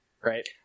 right